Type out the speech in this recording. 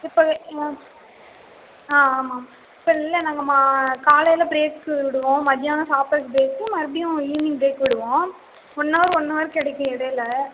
இப்போவே ஆ ஆமாம் இப்போ இல்லை நாங்கள் மா காலையில பிரேக்கு விடுவோம் மதியானம் சாப்பாடு பிரேக்கும் மறுபடியும் ஈவினிங் பிரேக் விடுவோம் ஒன் அவர்க்கு ஒன் அவர் கிடைக்கும் இடையில